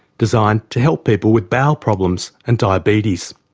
designed to help people with bowel problems and diabetes.